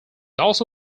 also